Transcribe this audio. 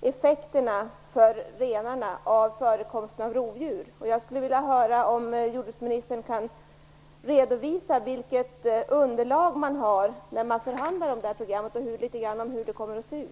effekterna för renarna av förekomsten av rovdjur. Kan jordbruksministern redovisa vilket underlaget är för förhandlingarna om programmet? Får vi veta litet grand om hur det kommer att se ut?